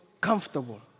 comfortable